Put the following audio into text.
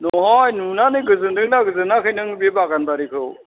नहय नुनानै गोजोनदों ना गोजोनाखै नों बे बागान बारिखौ